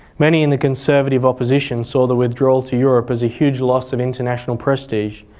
many in the conservative opposition saw the withdrawal to europe as a huge loss of international prestige,